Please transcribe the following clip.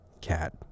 cat